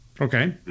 Okay